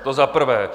To za prvé.